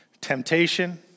temptation